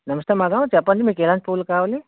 నమస్తే మేడం చెప్పండి మీకెలాంటి పూలు కావాలి